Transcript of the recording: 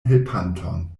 helpanton